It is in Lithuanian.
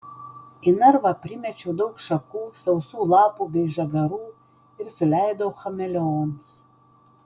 į narvą primečiau daug šakų sausų lapų bei žagarų ir suleidau chameleonus